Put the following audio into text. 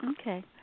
Okay